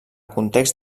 context